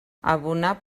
abonar